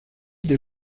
des